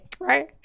right